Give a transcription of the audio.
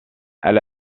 elle